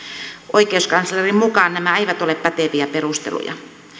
oikeuskanslerin mukaan nämä eivät ole päteviä perusteluja